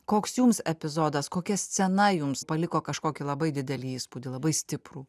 koks jums epizodas kokia scena jums paliko kažkokį labai didelį įspūdį labai stiprų